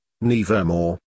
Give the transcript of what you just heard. NEVERMORE